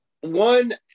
one